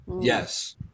Yes